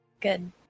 good